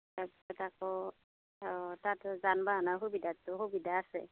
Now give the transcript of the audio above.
তাৰপিছত আকৌ অঁ তাত যান বাহনৰ সুবিধাটো সুবিধা আছে